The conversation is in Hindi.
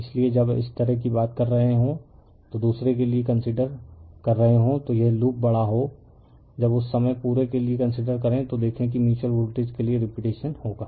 इसलिए जब एस तरह की बात कर रहे हों तो दूसरे के लिए कंसीडर कर रहे हों तो यह लूप बड़ा हो जब उस समय पूरे के लिए कंसीडर करें तो देखें कि म्यूच्यूअल वोल्टेज के लिए रिपीटेशन होगा